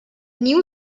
new